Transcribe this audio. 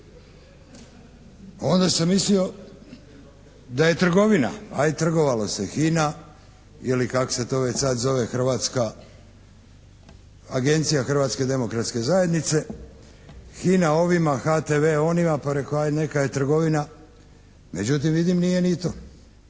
Onda sam mislio da je trgovina. Ajd trgovalo se, HINA ili kako se to već sad zove Agencija Hrvatske demokratske zajednice, HINA ovima, HTV onima, pa reko ajd neka je trgovina, međutim vidim nije ni to.